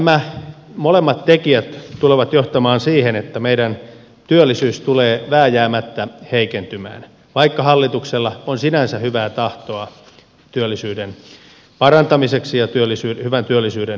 nämä molemmat tekijät tulevat johtamaan siihen että meidän työllisyys tulee vääjäämättä heikentymään vaikka hallituksella on sinänsä hyvää tahtoa työllisyyden parantamiseksi ja hyvän työllisyyden ylläpitämiseksi